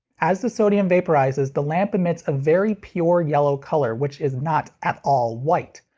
as the sodium vaporizes, the lamp emits a very pure yellow color, which is not at all white.